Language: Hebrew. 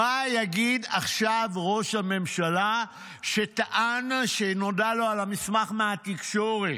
מה יגיד עכשיו ראש הממשלה שטען שנודע לו על המסמך מהתקשורת?